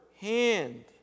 hand